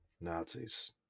Nazis